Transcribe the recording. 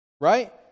right